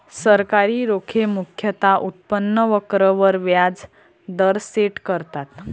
सरकारी रोखे मुख्यतः उत्पन्न वक्र वर व्याज दर सेट करतात